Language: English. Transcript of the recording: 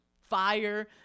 fire